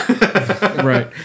right